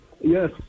Yes